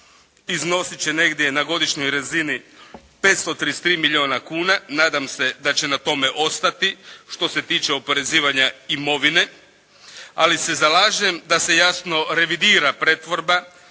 iznosit će negdje na godišnjoj razini 533 milijuna kuna, nadam se da će na to ostati, što se tiče oporezivanja imovine, ali se zalažem da se jasno revidira pretvorba,